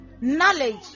knowledge